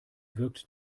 wirkt